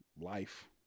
Life